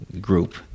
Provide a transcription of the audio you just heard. group